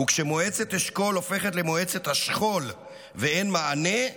וכשמועצת אשכול הופכת למועצת השכול ואין מענה,